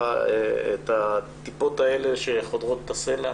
את הטיפות האלה שחודרות את הסלע,